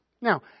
Now